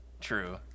true